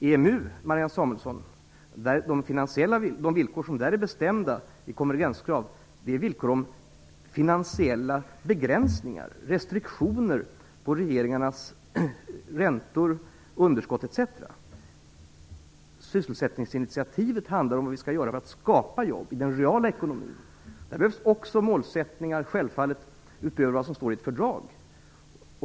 De villkor och konvergenskrav som är bestämda inom EMU, Marianne Samuelsson, är villkor om finansiella begränsningar och restriktioner på regeringarnas räntepolitik, underskott, etc. Sysselsättningsinitiativet handlar om vad vi skall göra för att skapa jobb i den reala ekonomin. Där behövs självfallet också målsättningar utöver dem som står i ett fördrag.